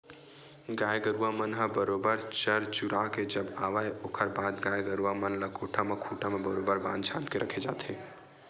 गाय गरुवा मन ह बरोबर चर चुरा के जब आवय ओखर बाद गाय गरुवा मन ल कोठा म खूंटा म बरोबर बांध छांद के रखे जाथे